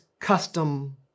custom